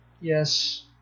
Yes